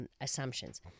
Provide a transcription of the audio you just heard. Assumptions